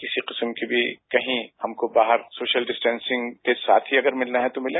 किसी किस्म भी कहीं हमको बाहर के सोशल डिस्टॅसिंग के साथ ही अगर मिलना है तो मिलें